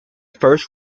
first